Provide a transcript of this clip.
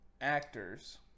actors